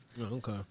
Okay